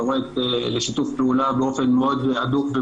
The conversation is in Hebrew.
קוראת לשיתוף פעולה באופן מאוד הדוק עם